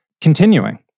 continuing